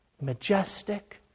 majestic